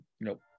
Nope